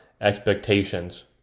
expectations